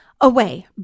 away